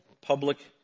public